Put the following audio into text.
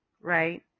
right